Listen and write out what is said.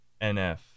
NF